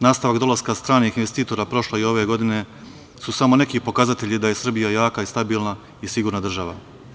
Nastavak dolaska stranih investitora prošle i ove godine su samo neki pokazatelji da je Srbija jaka i stabilna i sigurna država.